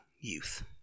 youth